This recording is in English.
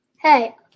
Hey